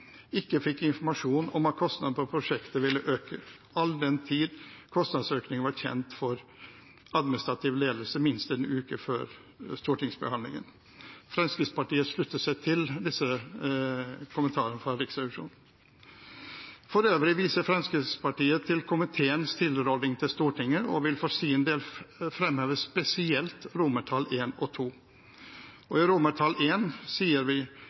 ikke fikk informasjon om at kostnaden på prosjektet ville øke, all den tid kostnadsøkningen var kjent i Stortingets administrative ledelse minst en uke før stortingsbehandlingen Fremskrittspartiet slutter seg til disse kommentarene fra Riksrevisjonen. For øvrig viser Fremskrittspartiet til komiteens tilråding til Stortinget og vil for sin del framheve spesielt forslagene til vedtak I og II. I forslag til I sier vi: